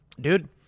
Dude